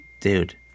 dude